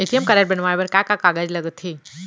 ATM card बनवाये बर का का कागज लगथे?